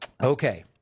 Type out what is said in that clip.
Okay